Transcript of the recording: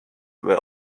were